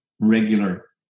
regular